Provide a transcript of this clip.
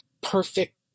perfect